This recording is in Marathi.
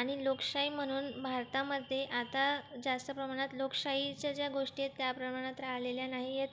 आणि लोकशाही म्हणून भारतामध्ये आता जास्त प्रमाणात लोकशाहीच्या ज्या गोष्टी आहेत त्या प्रमाणात राहिलेल्या नाही आहेत